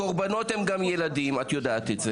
הקורבנות הם גם ילדים, את יודעת את זה.